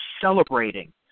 celebrating